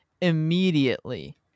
immediately